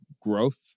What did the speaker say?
growth